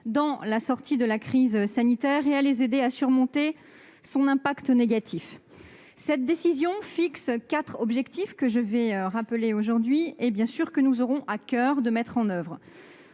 dans la sortie de la crise sanitaire et à les aider à surmonter son impact négatif. Cette décision fixe quatre objectifs, que je vais rappeler et que nous aurons à coeur de mettre en oeuvre.